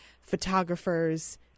photographers